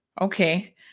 okay